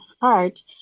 heart